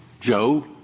Joe